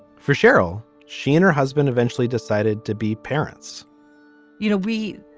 for cheryl. she and her husband eventually decided to be parents you know we.